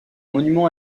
monument